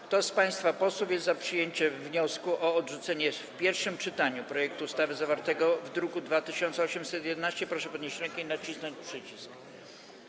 Kto z państwa posłów jest za przyjęciem wniosku o odrzucenie w pierwszym czytaniu projektu ustawy zawartego w druku nr 2811, proszę podnieść rękę i nacisnąć przycisk.